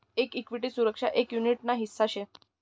एक इक्विटी सुरक्षा एक युनीट ना हिस्सा शे